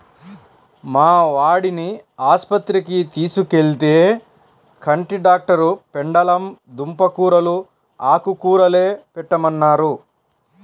మా వాడిని ఆస్పత్రికి తీసుకెళ్తే, కంటి డాక్టరు పెండలం దుంప కూరలూ, ఆకుకూరలే పెట్టమన్నారు